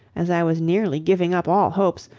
as i was nearly giving up all hopes,